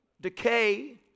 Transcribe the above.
decay